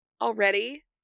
already